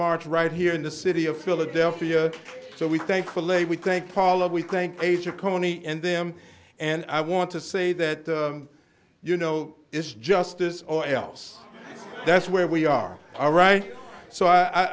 march right here in the city of philadelphia so we thankfully we thank paul of we thank age of coney and them and i want to say that you know it's justice or else that's where we are all right so i